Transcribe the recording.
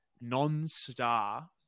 non-star